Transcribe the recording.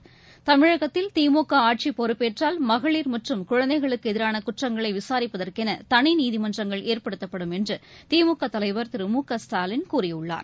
we தமிழகத்தில் திமுகஆட்சிப்பொறுப்பேற்றால் மகளிர் மற்றம் குழந்தைகளுக்குஎதிரானகுற்றங்களைவிசாரிப்பதற்கெனதனிநீதிமன்றங்கள் ஏற்படுத்தப்படும் என்றுதிமுகதலைவர் திருமுகஸ்டாலின் கூறியுள்ளார்